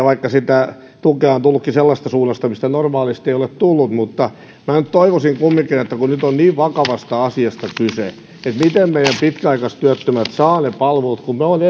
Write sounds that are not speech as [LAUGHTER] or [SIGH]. [UNINTELLIGIBLE] vaikka sitä tukea on tullutkin sellaisesta suunnasta mistä normaalisti ei ole tullut mutta minä nyt toivoisin kumminkin kun nyt on niin vakavasta asiasta kyse että miten meidän pitkäaikaistyöttömät saavat ne palvelut ja kun me olemme [UNINTELLIGIBLE]